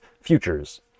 futures